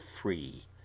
free